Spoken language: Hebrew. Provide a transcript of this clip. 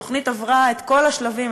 התוכנית עברה את כל השלבים,